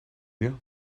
you